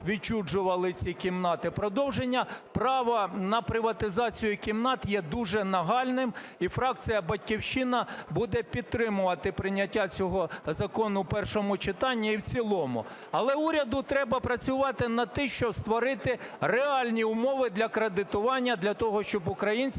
відчужували ці кімнати, продовження права на приватизацію кімнат є дуже нагальним. І фракція "Батьківщина" буде підтримувати прийняття цього закону в першому читанні і в цілому. Але уряду треба працювати на те, щоб створити реальні умови для кредитування, для того, щоб українці